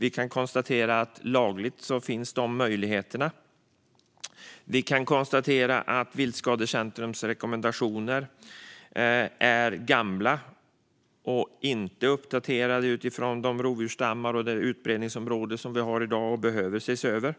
Vi konstaterar att Viltskadecentrums rekommendationer är gamla och inte uppdaterade utifrån dagens rovdjursstammar och utbredningsområde och att de därför behöver ses över.